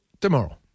tomorrow